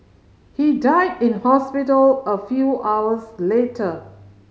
he died in hospital a few hours later